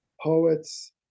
poets